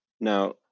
Now